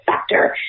sector